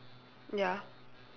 ya